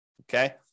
Okay